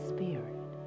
Spirit